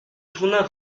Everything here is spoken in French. tournant